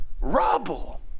rubble